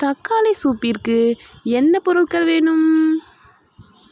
தக்காளி சூப்பிற்கு என்ன பொருட்கள் வேணும்